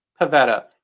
Pavetta